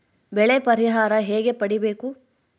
ಬೆಳೆ ಪರಿಹಾರ ಹೇಗೆ ಪಡಿಬೇಕು?